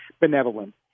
benevolent